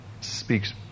speaks